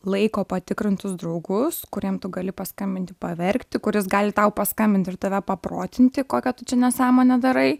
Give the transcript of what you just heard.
laiko patikrintus draugus kuriem tu gali paskambinti paverkti kuris gali tau paskambint ir tave paprotinti kokią tu čia nesąmonę darai